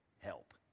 help